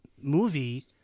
movie